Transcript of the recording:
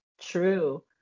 true